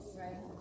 right